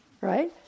Right